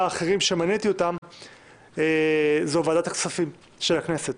האחרים שמניתי זו ועדת הכספים של הכנסת,